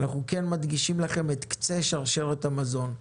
אנחנו כן מדגישים לכם את קצה שרשרת המזון,